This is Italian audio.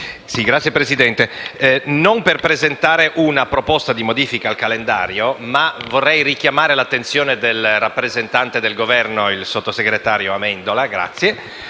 non intervengo per presentare una proposta di modifica al calendario, ma per richiamare l'attenzione del rappresentante del Governo, il sottosegretario Amendola. Ricordo